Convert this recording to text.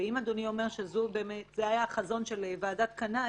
אם אדוני אומר שזה היה החזון של ועדת קנאי,